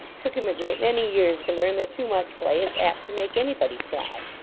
took him a great many years to learn that too much play is apt to make anybody cry.